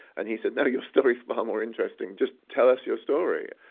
and he said, no, your story's far more interesting, just tell us your story.